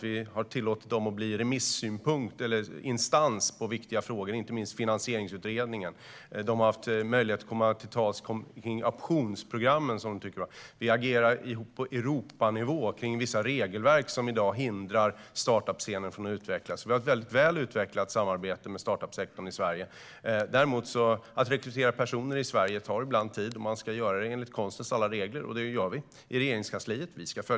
Vi har tillåtit dem att bli remissinstans i viktiga frågor, inte minst Finansieringsutredningen. De har haft möjligheter att komma till tals om optionsprogrammen. Vi agerar på Europanivå om vissa regelverk som i dag hindrar startup-scenen från att utvecklas. Det finns ett väl utvecklat samarbete med startup-sektorn i Sverige. Däremot tar det ibland tid att rekrytera personer i Sverige. Det ska göras enligt konstens alla regler. Vi följer alla regelverk i Regeringskansliet.